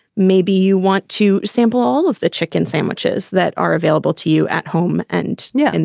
maybe you want to sample all of the chicken sandwiches that are available to you at home. and yeah and,